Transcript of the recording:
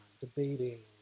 debating